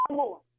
more